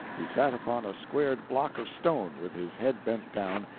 he sat upon a squared block of stone, with his head bent down,